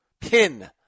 pin